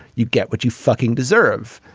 you get what you fucking deserve.